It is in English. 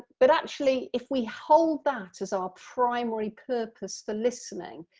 but actually if we hold that as our primary purpose, the listening,